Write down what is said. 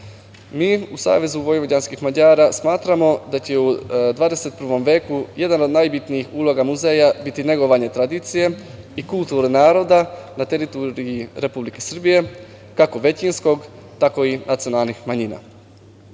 u Savezu vojvođanskih Mađara smatramo da će u 21. veku jedna od najbitnijih uloga muzeja biti negovanje tradicije i kulture naroda na teritoriji Republike Srbije, kako većinskog, tako i nacionalnih manjina. Izuzetno